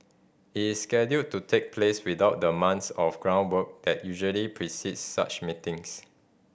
it is scheduled to take place without the months of groundwork that usually precedes such meetings